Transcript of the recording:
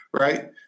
right